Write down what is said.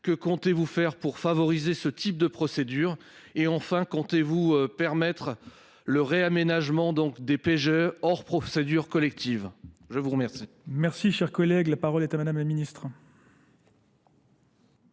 Que comptez-vous faire pour favoriser ce type de procédures ? Et enfin, comptez-vous permettre le réaménagement des PGE hors procédures collectives ? Je vous remercie. Merci, cher collègue. La parole est à madame la ministre.